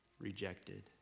rejected